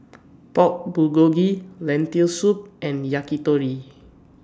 Pork Bulgogi Lentil Soup and Yakitori